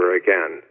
again